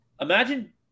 imagine